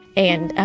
and